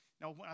Now